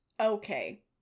Okay